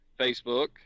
Facebook